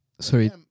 Sorry